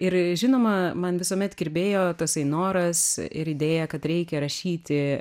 ir žinoma man visuomet kirbėjo tasai noras ir idėja kad reikia rašyti